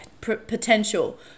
potential